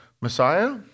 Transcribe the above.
Messiah